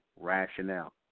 rationale